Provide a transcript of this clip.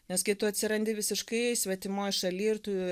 nes gi tu atsirandi visiškai svetimoj šaly ir tu